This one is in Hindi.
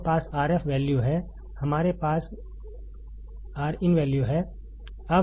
हमारे पास Rf वैल्यू है हमारे पास Rin वैल्यू है